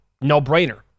no-brainer